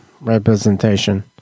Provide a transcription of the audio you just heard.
representation